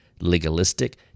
legalistic